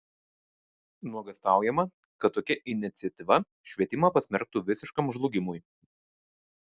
nuogąstaujama kad tokia iniciatyva švietimą pasmerktų visiškam žlugimui